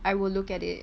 I will look at it